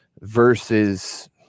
versus